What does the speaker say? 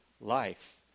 life